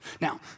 Now